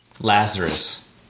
Lazarus